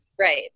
Right